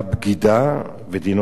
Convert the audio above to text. ודינה גזר-דין מוות.